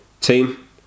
team